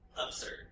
absurd